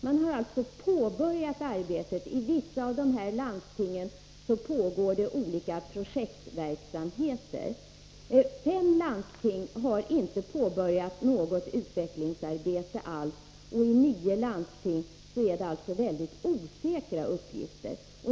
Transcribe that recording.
Man har alltså bara påbörjat arbetet. I vissa av dessa landsting pågår olika projekt. Fem landsting har inte påbörjat något utvecklingsarbete alls, och i nio landsting är det alltså fråga om mycket osäkra uppgifter.